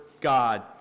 God